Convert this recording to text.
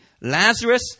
Lazarus